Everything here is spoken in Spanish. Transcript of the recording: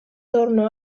torno